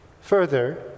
Further